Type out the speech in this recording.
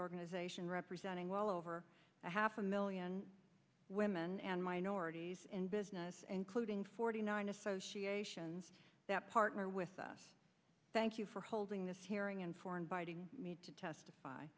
organization representing well over a half a million women and minorities in business and quoting forty nine associations that partner with us thank you for holding this hearing and for inviting me to testify